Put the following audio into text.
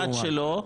יש אחד שלו.